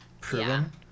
proven